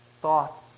thoughts